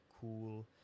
cool